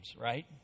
right